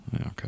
Okay